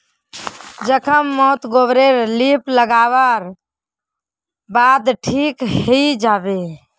जख्म मोत गोबर रे लीप लागा वार बाद ठिक हिजाबे